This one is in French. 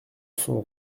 son